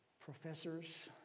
Professors